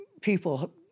people